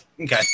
Okay